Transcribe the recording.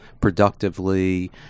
productively